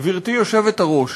גברתי היושבת-ראש,